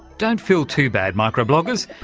don't feel too bad micro-bloggers,